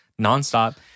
nonstop